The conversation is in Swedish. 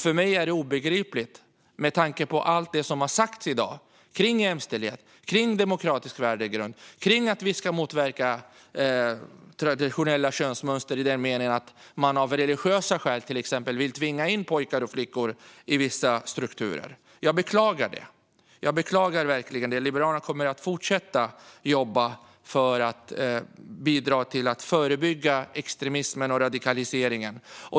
För mig är det obegripligt med tanke på allt det som har sagts i dag om jämställdhet, demokratisk värdegrund och om att vi ska motverka traditionella könsmönster i den meningen att man av till exempel religiösa skäl vill tvinga in pojkar och flickor i vissa strukturer. Jag beklagar verkligen detta. Liberalerna kommer att fortsätta jobba för att bidra till att förebygga extremismen och radikaliseringen.